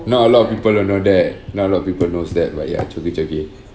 now a lot of people don't know that not a lot of people knows that but ya choki choki